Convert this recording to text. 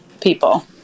people